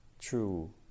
true